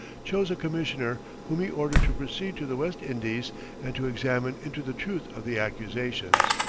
chose a commissioner, whom he ordered to proceed to the west indies and to examine into the truth of the accusations.